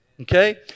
Okay